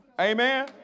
Amen